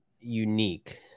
unique